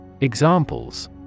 Examples